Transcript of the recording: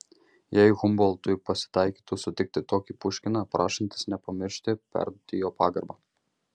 jei humboltui pasitaikytų sutikti tokį puškiną prašantis nepamiršti perduoti jo pagarbą